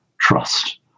trust